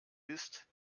isst